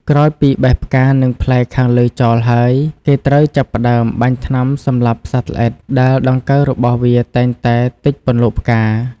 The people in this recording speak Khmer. ក្រោយពីបេះផ្កានិងផ្លែខាងលើចោលហើយ គេត្រូវចាប់ផ្តើមបាញ់ថ្នាំសម្លាប់សត្វល្អិត ដែលដង្កូវរបស់វាតែងតែទិចពន្លកផ្កា។